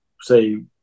say